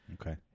Okay